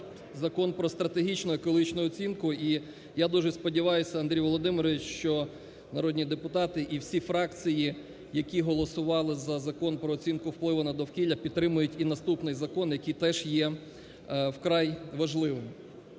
Закон про стратегічну екологічну оцінку. І я дуже сподіваюся, Андрій Володимирович, що народні депутати і всі фракції, які голосували за Закон про оцінку впливу на довкілля, підтримають і наступний закон, який теж є вкрай важливим.